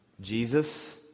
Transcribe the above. Jesus